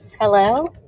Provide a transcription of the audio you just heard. hello